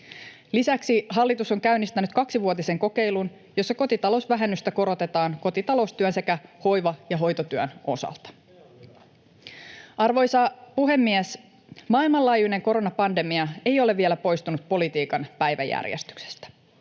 Lisäksi hallitus on käynnistänyt kaksivuotisen kokeilun, jossa kotitalousvähennystä korotetaan kotitaloustyön sekä hoiva- ja hoitotyön osalta. Arvoisa puhemies! Maailmanlaajuinen koronapandemia ei ole vielä poistunut politiikan päiväjärjestyksestä.